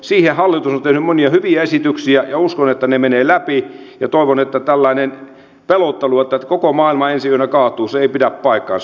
siihen hallitus on tehnyt monia hyviä esityksiä ja uskon että ne menevät läpi ja toivon että tällainen pelottelu että koko maailma ensi yönä kaatuu ei pidä paikkaansa